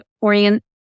orient